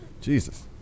Jesus